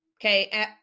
okay